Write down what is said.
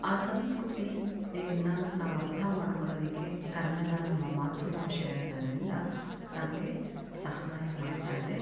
ಆ ಸಂಸ್ಕೃತಿಯನ್ನ ನಾವು ಅರ್ಥ ಮಾಡ್ಕೊಳ್ಳೋದಕ್ಕೆ ಕನ್ನಡ ನಮ್ಮ ಮಾತೃಭಾಷೆಯಾಗಿರೋದರಿಂದ ನಮಗೆ ಸಹಾಯ ಮಾಡ್ತಾ ಇದೆ